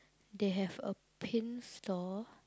they have a pin store